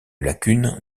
lacune